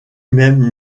même